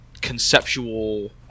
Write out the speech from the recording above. conceptual